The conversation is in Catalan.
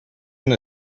una